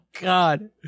God